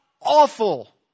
awful